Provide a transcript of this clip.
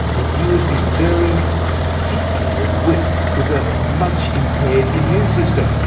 and you would be very sickly and weak, with a much impaired immune system.